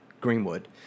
Greenwood